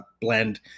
blend